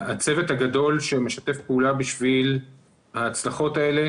הצוות הגדול שמשתף פעולה בשביל ההצלחות האלה